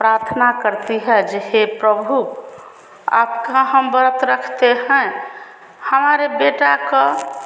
प्रार्थना करती है जे हे प्रभु आपका हम व्रत रखते हैं हमारे बेटे को